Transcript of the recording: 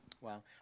Wow